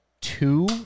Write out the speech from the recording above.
two